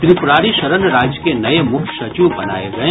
त्रिप्रारि शरण राज्य के नये मुख्य सचिव बनाये गये